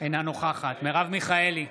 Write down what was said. אינה נוכחת מרב מיכאלי,